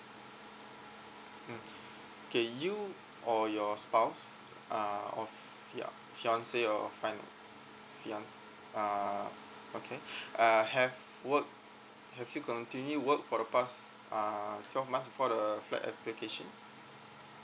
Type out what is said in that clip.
mm okay you or your spouse uh or ya fiance or uh okay have work have you continued work for the past uh twelve months before the flat application